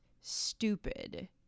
stupid